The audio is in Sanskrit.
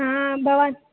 आम् भवान्